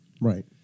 Right